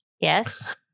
Yes